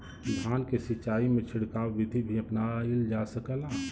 धान के सिचाई में छिड़काव बिधि भी अपनाइल जा सकेला?